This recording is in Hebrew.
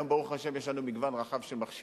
היום, ברוך השם, יש לנו מגוון רחב של מכשירים.